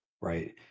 right